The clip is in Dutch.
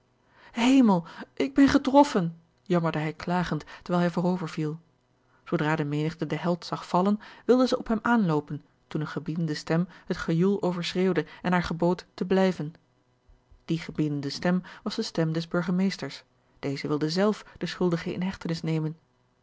hemel ik ben getroffen jammerde hij klagend terwijl hij voorover viel zoodra de menigte den held zag vallen wilde zij op hem aanloopen toen eene gebiedende stem het gejoel overschreeuwde en haar gebood te blijven die gebiedende stem was de stem des burgemeesters deze wilde zelf den schuldige in hechtenis nemen